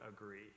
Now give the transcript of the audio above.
agree